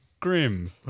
Grim